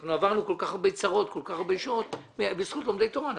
אנחנו עברנו כל כך הרבה צרות ובזכות לומדי תורה,